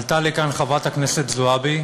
עלתה לכאן חברת הכנסת זועבי